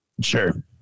Sure